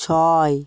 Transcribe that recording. ছয়